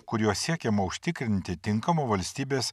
kuriuo siekiama užtikrinti tinkamą valstybės